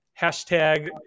hashtag